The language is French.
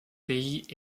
pays